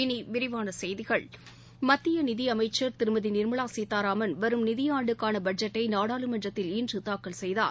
இனி விரிவான செய்திகள் மத்திய நிதி அமைச்ச் திருமதி நிர்மலா சீதாராமன் வரும் நிதி ஆண்டுக்கான பட்ஜெட்டை நாடாளுமன்றத்தில் இன்று தாக்கல் செய்தார்